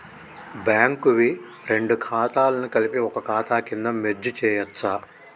Bank వి రెండు ఖాతాలను కలిపి ఒక ఖాతా కింద మెర్జ్ చేయచ్చా?